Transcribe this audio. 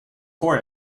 for